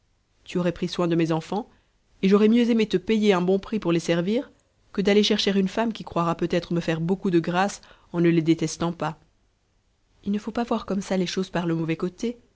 tu aurais pris soin de mes enfants et j'aurais mieux aimé te payer un bon prix pour les servir que d'aller chercher une femme qui croira peut-être me faire beaucoup de grâce en ne les détestant pas il ne faut pas voir comme ça les choses par le mauvais côté